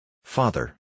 Father